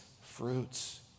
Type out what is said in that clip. fruits